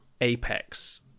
apex